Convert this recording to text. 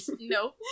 No